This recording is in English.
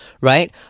Right